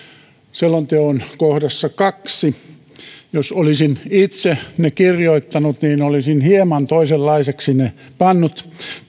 selonteon kohdassa kaksi ja jos olisin itse ne kirjoittanut niin olisin hieman toisenlaiseksi ne pannut